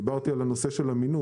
דיברתי על הנושא של המינוף.